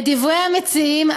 לדברי המציעים,